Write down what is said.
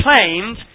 claimed